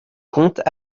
comptes